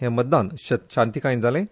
हें मतदान शांतीकायेन जालें